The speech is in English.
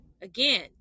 Again